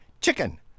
chicken